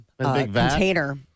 container